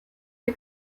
der